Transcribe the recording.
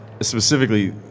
specifically